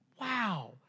Wow